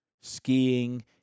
skiing